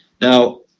Now